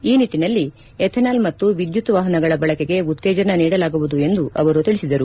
ಈ ನಿಟ್ಟನಲ್ಲಿ ಎಥೆನಾಲ್ ಮತ್ತು ವಿದ್ಯುತ್ ವಾಹನಗಳ ಬಳಕೆಗೆ ಉತ್ತೇಜನ ನೀಡಲಾಗುವುದು ಎಂದು ಅವರು ತಿಳಿಸಿದರು